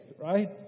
right